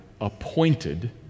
appointed